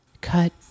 cut